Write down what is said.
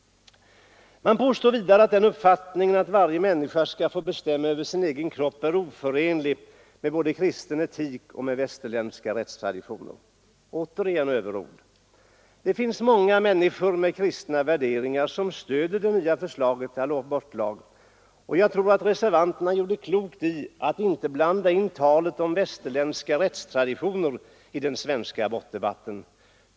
Det påstås vidare att den uppfattningen att varje människa skall få bestämma över sin egen kropp är oförenlig med både kristen etik och västerländska rättstraditioner. Återigen överord. Det finns många människor med kristna värderingar som stöder det nya förslaget till abortlag, och jag tror att reservanterna gjorde klokt i att inte blanda in talet om västerländska rättstraditioner i den svenska abortdebatten.